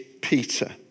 Peter